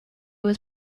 was